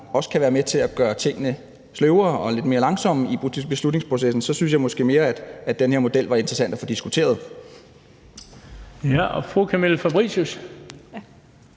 også kan være med til at gøre tingene sløvere og lidt mere langsomme i beslutningsprocessen, og så synes jeg måske mere, at den her model var interessant at få diskuteret. Kl. 14:18 Den fg.